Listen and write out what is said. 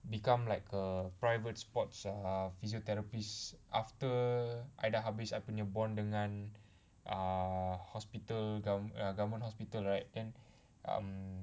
become like a private sports err physiotherapist after I dah habis I punya bond dengan err hospital government hospital right and um